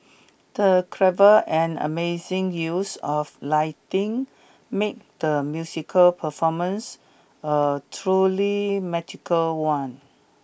the clever and amazing use of lighting made the musical performance a truly magical one